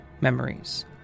memories